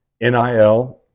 NIL